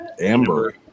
Amber